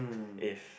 if